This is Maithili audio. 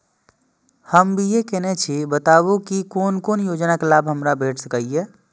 हम बी.ए केनै छी बताबु की कोन कोन योजना के लाभ हमरा भेट सकै ये?